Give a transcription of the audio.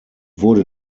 wurde